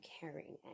caring